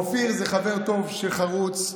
אופיר הוא חבר טוב, חרוץ.